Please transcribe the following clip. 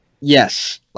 Yes